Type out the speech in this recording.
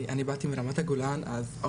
אני